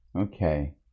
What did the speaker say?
Okay